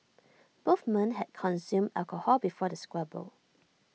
both men had consumed alcohol before the squabble